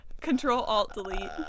Control-Alt-Delete